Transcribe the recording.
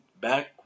back